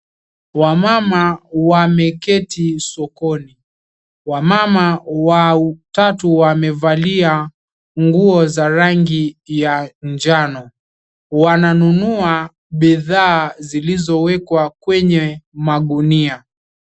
Wamama wameketi sokoni. Wamama wa utatu amevalia nguo za rangi ya njano. Wananunua bidhaa zilizowekwa kwenye magunia.